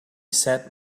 said